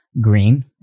green